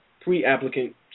pre-applicant